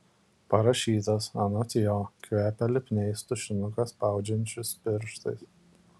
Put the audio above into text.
parašytas anot jo kvepia lipniais tušinuką spaudžiančius pirštais